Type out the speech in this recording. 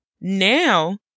Now